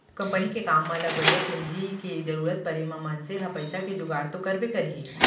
company के काम म लगवइया पूंजी के जरूरत परे म मनसे ह पइसा के जुगाड़ तो करबे करही